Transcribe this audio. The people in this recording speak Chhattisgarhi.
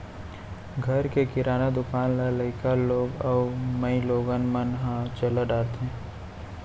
घर के किराना दुकान ल लइका लोग अउ माइलोगन मन ह चला डारथें